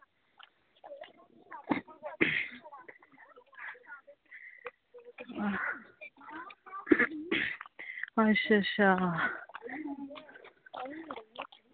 अच्छा अच्छा